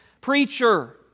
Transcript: preacher